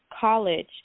college